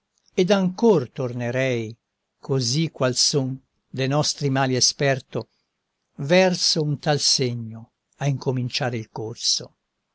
ed ancor tornerei così qual son de nostri mali esperto verso un tal segno a incominciare il corso